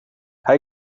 hij